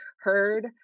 heard